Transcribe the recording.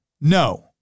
No